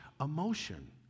emotion